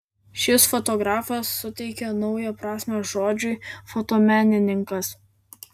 šis fotografas suteikė naują prasmę žodžiui fotomenininkas